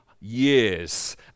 years